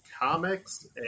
comics